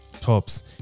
tops